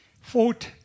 food